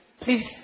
Please